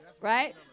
Right